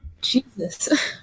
Jesus